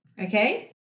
Okay